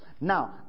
Now